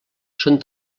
són